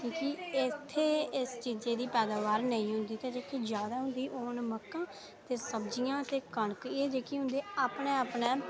क्योंकि इत्थै इस चीज़ै दी पैदावार नेईं होंदी जेह्की जादै होंदी ओह् न मक्कां सब्ज़ियां ते कनक एह् जेह्कियां न ते अपने अपने